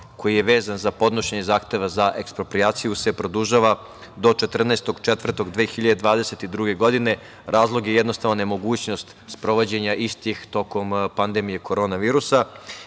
koji je vezan za podnošenje zahteva za eksproprijaciju se produžava do 14.04.2022. godine. Razlog je jednostavan, nemogućnost sprovođenja istih tokom pandemije korona virusa. Ono